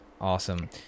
Awesome